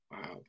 Wow